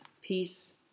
peace